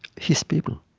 his people.